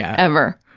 ever.